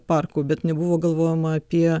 parkų bet nebuvo galvojama apie